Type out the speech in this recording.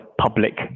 public